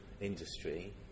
industry